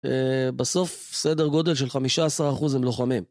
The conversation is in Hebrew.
בסוף סדר גודל של 15% הם לוחמים.